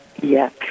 Yes